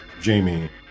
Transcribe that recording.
Jamie